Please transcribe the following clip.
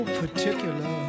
particular